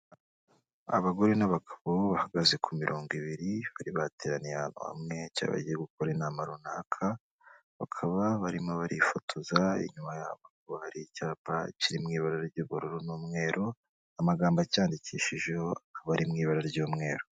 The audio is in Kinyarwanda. Abagore n'abagabo bahagaze ku mirongo ibiri, bari bateraniye hamwe cyangwa bagiye gukora inama runaka, bakaba barimo barifotoza inyuma yabo ko hari icyapa kiri mu ibara ry'ubururu n'umweru, amagambo acyandikishijeho aba ari mu ibara ry'umweru.